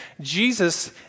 Jesus